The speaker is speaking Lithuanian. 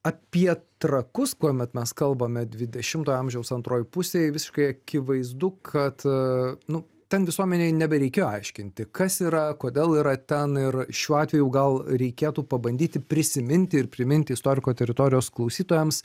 apie trakus kuomet mes kalbame dvidešimtojo amžiaus antroj pusėj visiškai akivaizdu kad nu ten visuomenei nebereikia aiškinti kas yra kodėl yra ten ir šiuo atveju gal reikėtų pabandyti prisiminti ir priminti istoriko teritorijos klausytojams